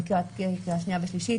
לקראת קריאה שנייה ושלישית,